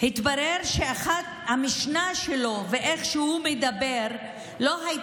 התברר שהמשנה שלו ואיך שהוא מדבר לא היו